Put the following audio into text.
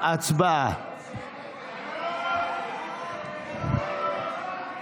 ההצעה להעביר את הצעת חוק ברל כצנלסון (ציון זכרו ופועלו),